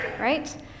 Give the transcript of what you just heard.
right